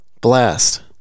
Blast